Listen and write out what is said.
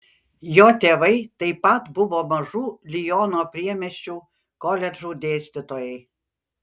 jo tėvai taip pat buvo mažų liono priemiesčių koledžų dėstytojai